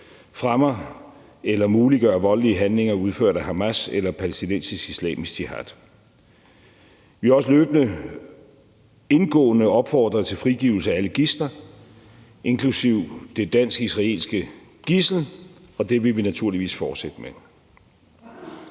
fremmer eller muliggør voldelige handlinger udført af Hamas eller palæstinensisk Islamisk Jihad. Vi har også løbende indgående opfordret til frigivelse af alle gidsler inklusive det dansk-israelske gidsel, og det vil vi naturligvis fortsætte med.